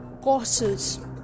courses